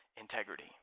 integrity